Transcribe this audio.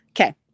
Okay